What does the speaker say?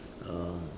uh